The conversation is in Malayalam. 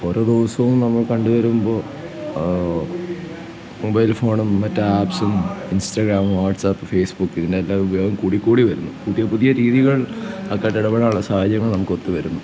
ഓരോ ദിവസവും നമ്മൾ കണ്ടുവരുമ്പോള് മൊബൈൽ ഫോണും മറ്റാപ്പ്സും ഇൻസ്റ്റഗ്രാമും വാട്സ്പ്പ് ഫേസ്ബുക്ക് ഇതിൻ്റെയൊക്കെ ഉപയോഗം കൂടിക്കൂടി വരുന്നു പുതിയ പുതിയ രീതികൾ ആൾക്കാരോട് ഇടപെടാനുള്ള സാഹചര്യങ്ങൾ നമുക്കൊത്തുവരുന്നു